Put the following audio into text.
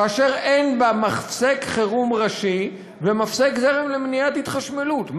כאשר אין בה מפסק חירום ראשי ומפסק זרם למניעת התחשמלות.